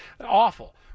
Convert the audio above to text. awful